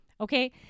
Okay